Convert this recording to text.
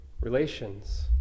relations